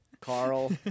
Carl